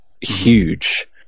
huge